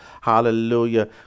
Hallelujah